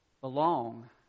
belong